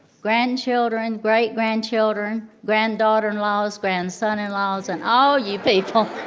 grandchildren, great grandchildren, granddaughter in laws, grandson in laws, and all you people,